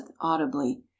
audibly